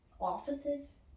Offices